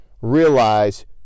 realize